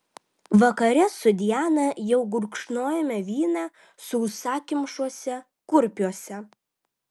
vakare su diana jau gurkšnojome vyną sausakimšuose kurpiuose